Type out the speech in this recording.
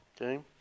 Okay